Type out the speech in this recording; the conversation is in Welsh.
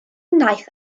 wnaeth